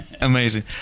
Amazing